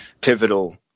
pivotal